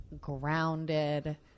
grounded